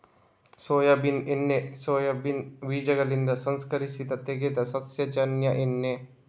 soybean ಎಣ್ಣೆ soybean ಬೀಜಗಳಿಂದ ಸಂಸ್ಕರಿಸಿ ತೆಗೆದ ಸಸ್ಯಜನ್ಯ ಎಣ್ಣೆ